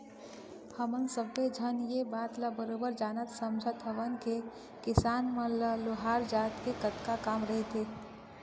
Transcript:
हमन सब्बे झन ये बात ल बरोबर जानत समझत हवन के किसान मन ल लोहार जात ले कतका काम रहिथे